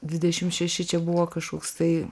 dvidešim šeši čia buvo kažkoks tai